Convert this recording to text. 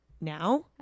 now